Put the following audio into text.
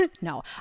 no